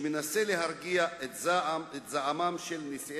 שמנסה להרגיע את זעמם של נשיא